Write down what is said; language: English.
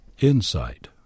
Insight